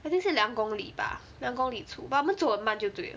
I think 是两公里 bah 两公里处 but 我们走很慢就对了